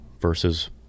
versus